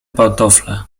pantofle